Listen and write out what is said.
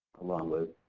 along with